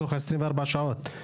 תוך 24 שעות,